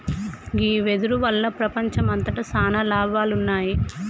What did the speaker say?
గీ వెదురు వల్ల ప్రపంచంమంతట సాన లాభాలున్నాయి